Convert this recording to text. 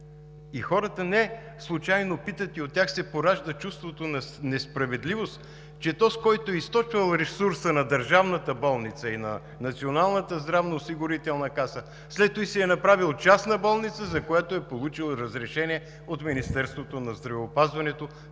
Хората неслучайно питат и у тях се поражда чувството на несправедливост, че този, който е източвал ресурса на държавната болница и на Националната здравноосигурителна каса, след това си е направил частна болница, за което е получил разрешение от Министерството на здравеопазването.